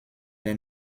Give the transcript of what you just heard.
les